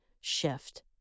shift